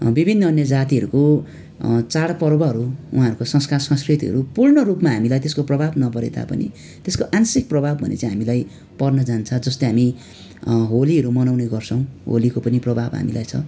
विभिन्न अन्य जातिहरूको चाडपर्वहरू उहाँहरूको संस्कार संस्कृतिहरू पूर्ण रूपमा हामीलाई त्यसको प्रभाव नपरे तापनि त्यसको आंशिक प्रभाव भने चाहिँ हामीलाई पर्न जान्छ जस्तै हामी होलीहरू मनाउने गर्छौँ होलीको पनि प्रभाव हामीलाई छ